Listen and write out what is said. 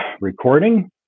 recording